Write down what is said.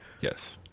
Yes